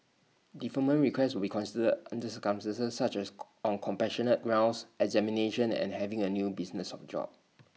deferment requests will be considered under circumstances such as on compassionate grounds examinations and having A new business of job